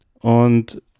und